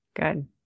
Good